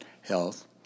health